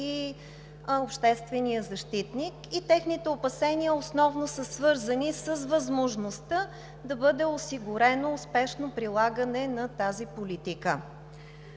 и общественият защитник. Техните опасения основно са свързани с възможността да бъде осигурено успешно прилагане на тази политика.